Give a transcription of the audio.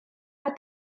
mae